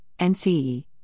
NCE